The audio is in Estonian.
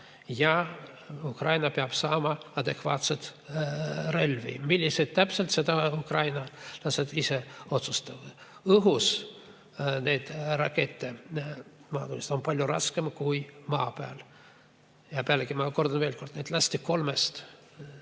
ja Ukraina peab saama adekvaatseid relvi. Milliseid täpselt, seda Ukraina ise otsustab. Õhus neid rakette tabada on palju raskem kui maa peal. Ja pealegi, ma kordan veel, neid lasti kolmest